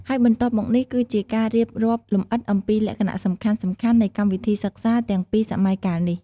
ហើយបន្ទាប់មកនេះគឺជាការរៀបរាប់លម្អិតអំពីលក្ខណៈសំខាន់ៗនៃកម្មវិធីសិក្សាទាំងពីរសម័យកាលនេះ។